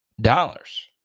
dollars